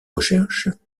recherches